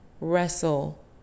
wrestle